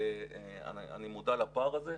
אני מודע לפער הזה.